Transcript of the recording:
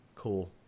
Cool